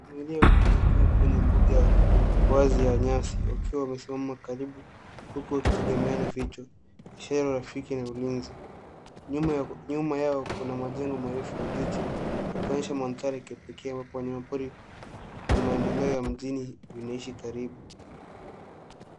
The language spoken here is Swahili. Punda milia wawili wakiwa kwenye mbuga ya wazi ya nyasi wakiwa wamesimama karibu huku wakitemeana vichwa ishara ya urafiki na ulinzi. Nyuma yao kuna majengo marefu ya jiji yakionyesha mandhari ya kipekee ambapo wanyamapori na maendeleo ya mjini unaishi karibu.